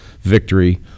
victory